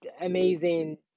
amazing